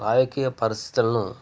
రాజకీయ పరిస్థితులను